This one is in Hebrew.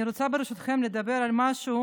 אני רוצה ברשותכם לדבר על משהו